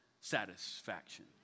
satisfaction